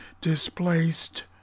displaced